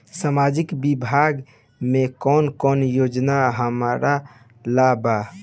सामाजिक विभाग मे कौन कौन योजना हमरा ला बा?